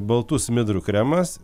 baltų smidrų kremas